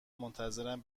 منتظرم